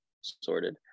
sorted